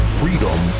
freedom